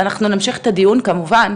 אנחנו נמשיך את הדיון כמובן,